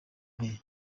n’iyi